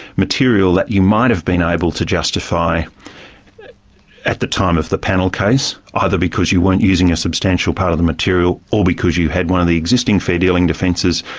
material that you might have been able to justify at the time of the panel case, either because you weren't using a substantial part of the material, or because you've had one of the existing fair-dealing defences,